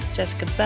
Jessica